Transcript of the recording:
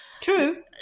True